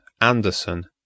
Anderson